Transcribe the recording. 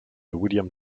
william